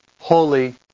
holy